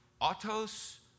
autos